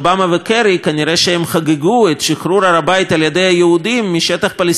כנראה הם חגגו את שחרור הר-הבית על-ידי היהודים משטח פלסטיני כבוש.